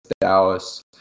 Dallas